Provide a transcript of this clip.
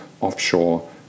offshore